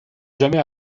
jamais